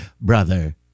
brother